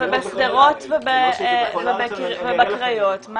ובשדרות ובקריות?